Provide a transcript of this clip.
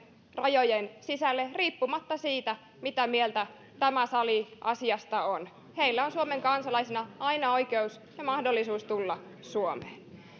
rajojen sisälle riippumatta siitä mitä mieltä tämä sali asiasta on heillä on suomen kansalaisena aina oikeus ja mahdollisuus tulla suomeen